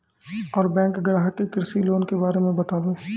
और बैंक ग्राहक के कृषि लोन के बारे मे बातेबे?